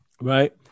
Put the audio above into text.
Right